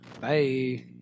Bye